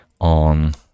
on